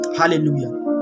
hallelujah